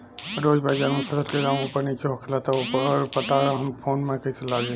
रोज़ बाज़ार मे फसल के दाम ऊपर नीचे होखेला त ओकर पता हमरा फोन मे कैसे लागी?